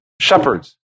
shepherds